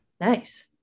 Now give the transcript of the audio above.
nice